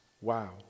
Wow